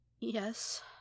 Yes